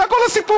זה כל הסיפור.